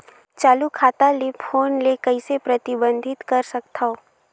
चालू खाता ले फोन ले कइसे प्रतिबंधित कर सकथव?